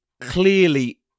clearly